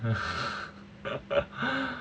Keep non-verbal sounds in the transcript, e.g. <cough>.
<laughs>